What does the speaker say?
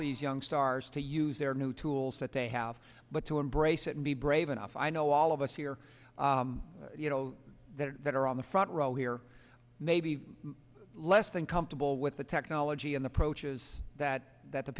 these young stars to use their new tools that they have but to embrace it and be brave enough i know all of us here that are on the front row here may be less than comfortable with the technology and approaches that that th